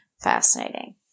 fascinating